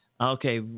Okay